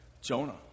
Jonah